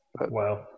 Wow